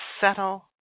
settle